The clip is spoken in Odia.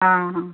ହଁ ହଁ